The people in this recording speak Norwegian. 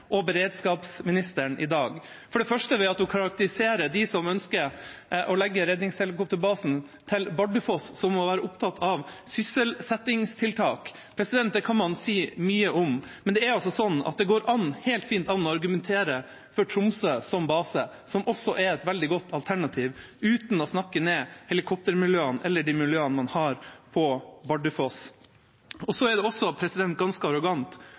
og beredskapsministeren i dag – for det første ved at hun karakteriserer dem som ønsker å legge redningshelikopterbasen til Bardufoss, som å være opptatt av sysselsettingstiltak. Det kan man si mye om, men det er altså slik at det går helt fint an å argumentere for Tromsø som base, som også er et veldig godt alternativ, uten å snakke ned helikoptermiljøene eller de miljøene man har på Bardufoss. Det er også ganske arrogant